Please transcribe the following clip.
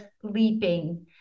sleeping